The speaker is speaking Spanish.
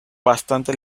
bastante